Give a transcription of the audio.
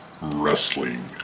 Wrestling